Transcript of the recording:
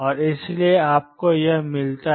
और इसलिए आपको यह मिलता है